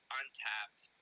untapped